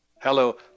Hello